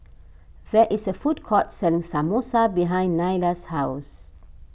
there is a food court selling Samosa behind Nylah's house